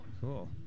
Cool